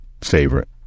favorite